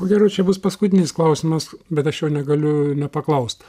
ko gero čia bus paskutinis klausimas bet aš jo negaliu nepaklaust